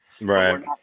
Right